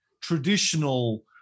traditional